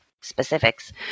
specifics